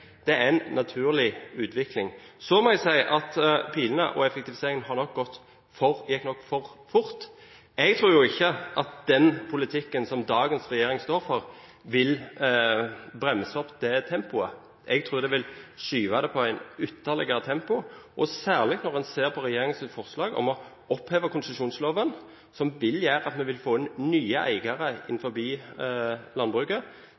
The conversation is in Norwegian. Det er en naturlig utvikling. Så må jeg si at pilene og effektiviseringen nok gikk for fort. Jeg tror ikke at den politikken som dagens regjering står for, vil bremse tempoet. Jeg tror den vil skyve tempoet ytterligere opp, særlig når en ser på regjeringens forslag om å oppheve konsesjonsloven, som vil føre til at vi får inn nye eiere innenfor landbruket.